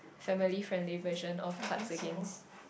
family friendly version of cards against